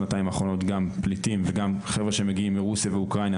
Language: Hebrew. שנתיים האחרונות גם פליטים וגם חבר'ה שמגיעים מרוסיה ואוקראינה